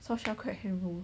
soft shell crab handroll